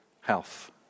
health